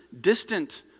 distant